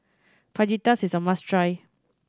fajitas is a must try